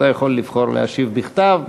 אתה יכול לבחור להשיב בכתב.